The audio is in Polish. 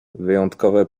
wyjątkowe